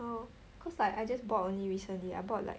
oh cause like I just bought only recently I bought like